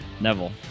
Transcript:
Neville